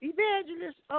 Evangelist